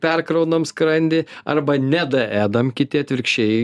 perkraunam skrandį arba nedaėdam kiti atvirkščiai